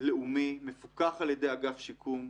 לאומי מפוקח על ידי אגף שיקום.